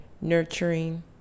nurturing